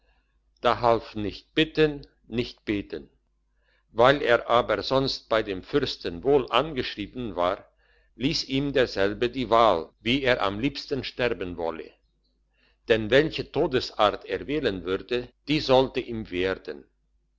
da half nicht bitten nicht beten weil er aber sonst bei dem fürsten wohl angeschrieben war liess ihm derselbe die wahl wie er am liebsten sterben wolle denn welche todesart er wählen würde die sollte ihm werden